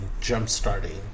jump-starting